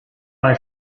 bei